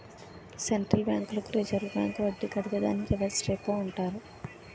central బ్యాంకులకు reserve bank వడ్డీ కడితే దాన్ని రివర్స్ రెపో అంటారు